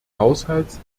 haushalts